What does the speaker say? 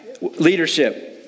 Leadership